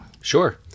Sure